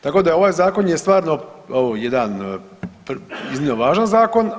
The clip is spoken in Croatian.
Tako da ovaj Zakon je stvarno jedan iznimno važan zakon.